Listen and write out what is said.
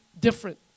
different